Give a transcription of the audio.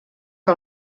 que